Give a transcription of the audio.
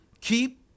Keep